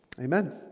Amen